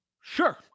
sure